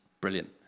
brilliant